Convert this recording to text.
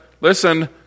listen